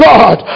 God